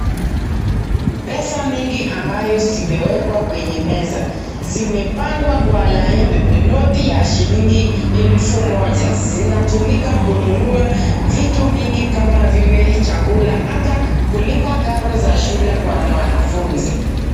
Pesa mingi ambazo zimewekwa kwenye meza zimepagwa kwa laini ni noti ya shilingi elfu moja zinatumika kununu vitu mingi kama vile chakula ata kulipa karo za shule kwa mwanafunzi.